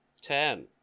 ten